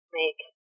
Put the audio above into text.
make